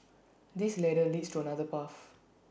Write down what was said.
this ladder leads to another path